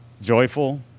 joyful